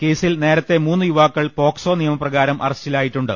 കേസിൽ നേരത്തെ മൂന്ന് യുവാക്കൾ പോക്സോ നിയമപ്രകാരം അറസ്റ്റിലായിട്ടുണ്ട്